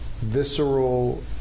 visceral